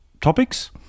topics